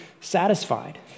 satisfied